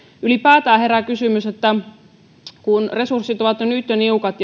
ylipäätään herää kysymys että kun jo nyt resurssit ovat niukat